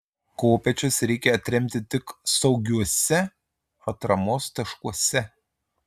kopėčias reikia atremti tik saugiuose atramos taškuose